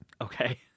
Okay